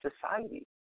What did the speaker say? society